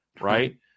Right